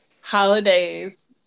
holidays